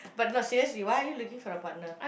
but no seriously why are you looking for a partner